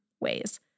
ways